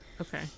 Okay